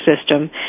system